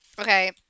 okay